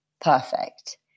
perfect